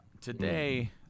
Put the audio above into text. Today